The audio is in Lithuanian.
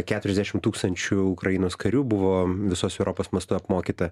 keturiasdešimt tūkstančių ukrainos karių buvo visos europos mastu apmokyta